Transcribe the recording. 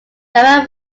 gamma